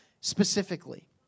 specifically